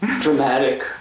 Dramatic